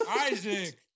Isaac